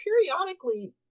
periodically